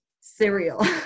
cereal